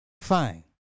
fine